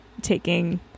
taking